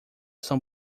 são